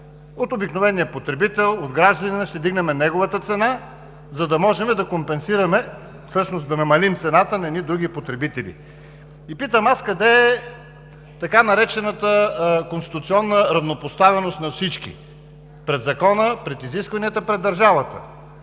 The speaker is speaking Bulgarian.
от обикновения потребител, от гражданина, ще вдигнем неговата цена, за да можем да компенсираме, всъщност да намалим цената на едни други потребители. И питам аз: къде е така наречената конституционна равнопоставеност на всички пред закона, пред изискванията, пред държавата?